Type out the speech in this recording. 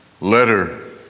letter